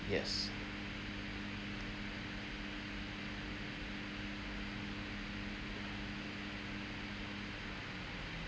yes